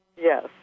Yes